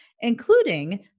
including